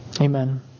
Amen